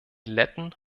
letten